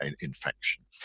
infection